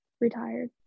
retired